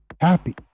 Happy